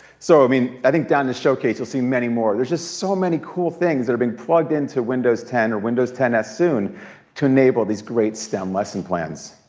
so, i mean i think down this showcase you'll see many more. there's just so many cool things that are being plugged into windows ten or windows ten s soon to enable these great stem lesson plans.